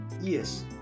Yes